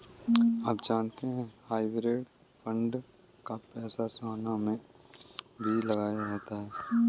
आप जानते है हाइब्रिड फंड का पैसा सोना में भी लगाया जाता है?